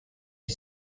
est